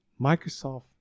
Microsoft